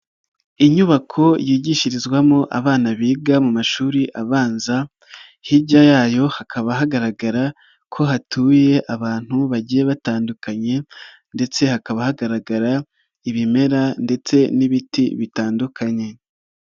Inyubako yigishirizwamo abana biga mu mashuri abanza, hirya yayo hakaba hagaragara ko hatuye abantu bagiye batandukanye ndetse hakaba hagaragara ibimera ndetse n'ibiti bitandukanye.